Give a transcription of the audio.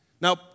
Now